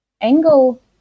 angle